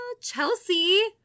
Chelsea